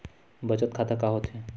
बचत खाता का होथे?